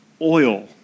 Oil